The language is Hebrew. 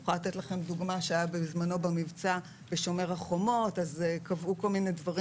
אני יכולה לתת לכם דוגמה ממבצע שומר החומות כאשר קבעו כל מיני דברים